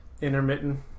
intermittent